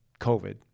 COVID